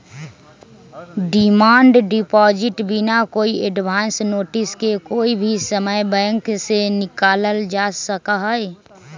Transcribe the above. demand deposit बिना कोई advance notice के कोई भी समय बैंक से निकाल्ल जा सका हई